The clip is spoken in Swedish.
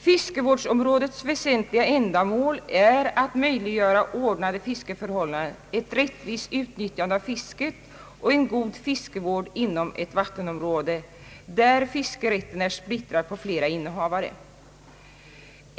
Fiskevårdsområdets väsentliga ändamål är att möjliggöra ordnade fiskeförhållanden, ett rättvist utnyttjande av fisket och en god fiskevård inom ett vattenområde, där fiskerätten är splittrad på flera innehavare.